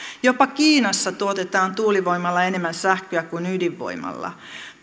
jopa kiinassa tuotetaan tuulivoimalla enemmän sähköä kuin ydinvoimalla